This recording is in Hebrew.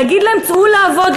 להגיד להם: צאו לעבוד,